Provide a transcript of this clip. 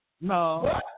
No